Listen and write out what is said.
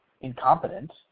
incompetent